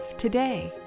today